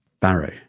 barrow